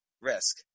risk